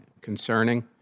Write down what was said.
concerning